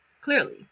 clearly